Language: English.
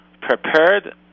prepared